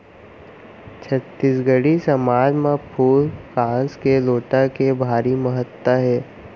छत्तीसगढ़ी समाज म फूल कांस के लोटा के भारी महत्ता हे